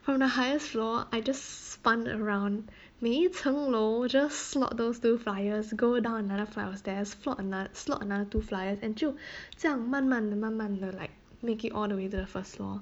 from the highest floor I just spun around 每一层楼 just slot those two flyers go down another flight of stairs slot ano~ slot another two flyers and 就这样慢慢的慢慢的 like make it all the way to the first floor